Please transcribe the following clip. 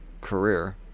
career